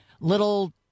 little